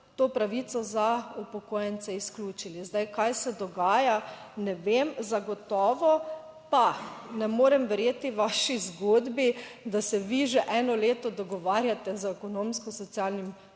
to pravico za upokojence izključili. Zdaj, kaj se dogaja, ne vem, zagotovo pa ne morem verjeti vaši zgodbi, da se vi že eno leto dogovarjate z Ekonomsko-socialnim